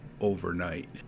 overnight